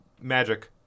magic